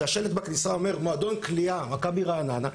שהשלט בכניסה אומר מועדון קליעה מכבי רעננה,